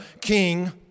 king